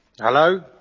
Hello